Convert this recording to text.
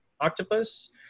octopus